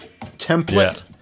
template